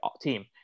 team